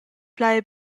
plai